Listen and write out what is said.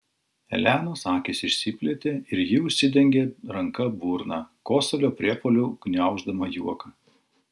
elenos akys išsiplėtė ir ji užsidengė ranka burną kosulio priepuoliu gniauždama juoką